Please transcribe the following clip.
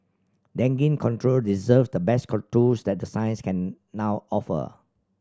dengue control deserves the best tools that the science can now offer